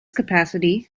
capacity